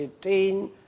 18